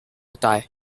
tie